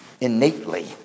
innately